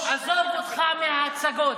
עזוב אותך מההצגות.